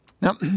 Now